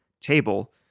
table